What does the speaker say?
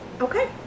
okay